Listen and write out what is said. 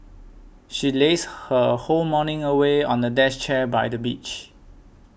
she lazed her whole morning away on a desk chair by the beach